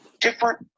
different